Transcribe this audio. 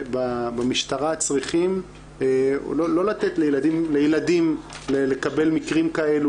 במשטרה שצריכים לא לתת לילדים לקבל מקרים כאלו.